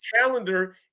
calendar